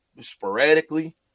sporadically